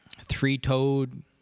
three-toed